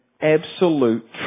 absolute